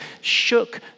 shook